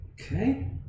Okay